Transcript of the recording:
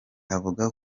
avuga